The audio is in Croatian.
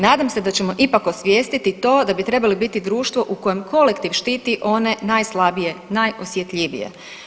Nadam se da ćemo ipak osvijestiti to da bi trebali biti društvo u kojem kolektiv štiti one najslabije, najosjetljivije.